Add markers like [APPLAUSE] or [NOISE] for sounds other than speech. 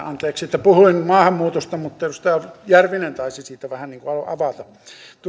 [UNINTELLIGIBLE] anteeksi että puhuin maahanmuutosta mutta edustaja järvinen taisi siitä vähän niin kuin avata